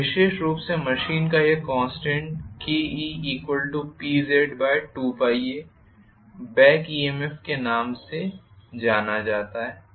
तो विशेष रूप से मशीन का यह कॉन्स्टेंट KePZ2πa back EMF के नाम से जान जाता है